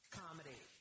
comedy